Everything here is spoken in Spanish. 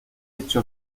hecho